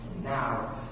Now